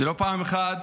זה לא פעם אחת,